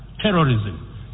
terrorism